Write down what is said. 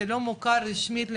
הוא לא מוכר רשמית למשל,